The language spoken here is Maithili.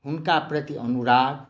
हुनका प्रति अनुराग